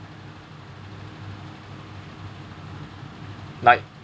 like